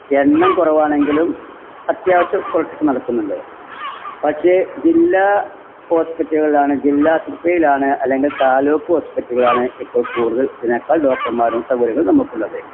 എണ്ണം കുറവാണെങ്കിലും അത്യാവശ്യം കുറച്ചൊക്കെ നടക്കുന്നുണ്ട് പക്ഷെ ജില്ലാ ഹോസ്പിറ്റലുകളാണ് ജില്ല ആശുപത്രിയിലാണ് അല്ലെങ്കില് താലൂക്ക് ഹോസ്പിറ്റലുകളാണ് ഇപ്പം കൂടുതല് ഇതിനേക്കാള് ഡോക്ടര്മാരും സൗകര്യങ്ങളും നമുക്കുള്ളത്